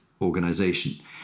organization